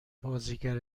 بازیگر